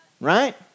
Right